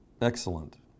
Excellent